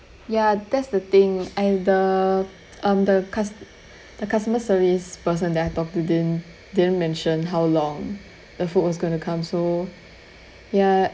ya that's the thing either um the cust~ the customer service person that I've talked to didn't didn't mention how long the food was going to come so ya